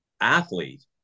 athlete